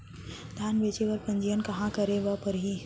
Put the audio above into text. धान बेचे बर पंजीयन कहाँ करे बर पड़ही?